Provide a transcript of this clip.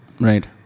Right